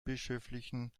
bischöflichen